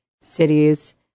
cities